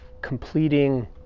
completing